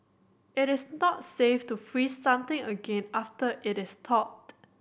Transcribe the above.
it is not safe to freeze something again after it is thawed